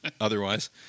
otherwise